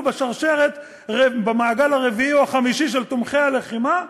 בשרשרת של המעגל הרביעי או החמישי של תומכי הלחימה,